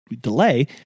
delay